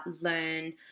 learn